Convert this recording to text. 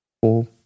four